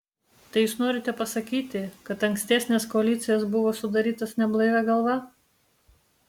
tai jūs norite pasakyti kad ankstesnės koalicijos buvo sudarytos neblaivia galva